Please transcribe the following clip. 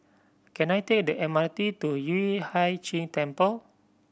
can I take the M R T to Yueh Hai Ching Temple